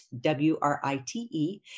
W-R-I-T-E